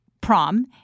prom